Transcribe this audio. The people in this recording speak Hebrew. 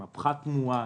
הפחת מואץ,